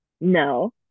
no –